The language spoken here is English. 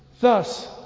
Thus